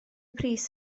pris